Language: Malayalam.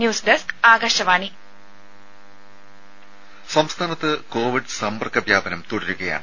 ന്യൂസ് ഡസ്ക് ആകാശവാണി ദേദ സംസ്ഥാനത്ത് കോവിഡ് സമ്പർക്ക വ്യാപനം തുടരുകയാണ്